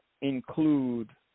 include